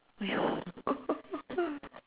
oh ya